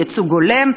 ייצוג הולם.